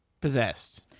possessed